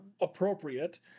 appropriate